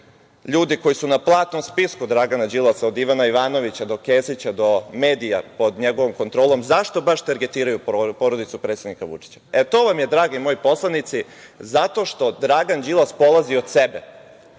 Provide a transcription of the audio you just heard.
ljudi koji su na platnom spisku Dragana Đilasa, od Ivana Ivanovića, do Kesića, do medija pod njegovom kontrolom, zašto baš targetiraju porodicu predsednika Vučića? To vam je, dragi moji poslanici, zato što Dragan Đilas polazi od sebe.